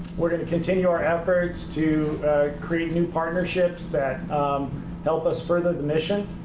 we're going to continue our efforts to create new partnerships that help us further the mission.